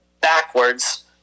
backwards